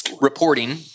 reporting